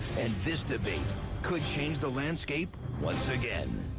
and this debate could change the landscape once again.